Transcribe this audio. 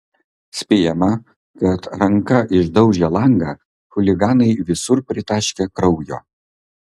spėjama kad ranka išdaužę langą chuliganai visur pritaškė kraujo